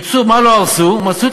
הנהגנו פנסיית